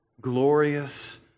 Glorious